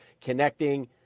connecting